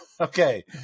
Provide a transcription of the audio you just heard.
Okay